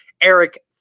Eric